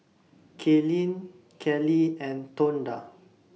Kaylene Kelly and Tonda